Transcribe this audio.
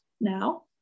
now